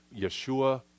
Yeshua